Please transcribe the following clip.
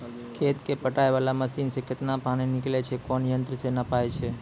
खेत कऽ पटाय वाला मसीन से केतना पानी निकलैय छै कोन यंत्र से नपाय छै